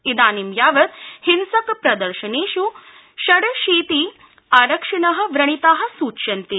इदानीं यावत् हिंसक प्रदर्शनेष् षडशीति आरक्षिण व्रणिता सूच्यन्ते